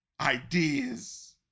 ideas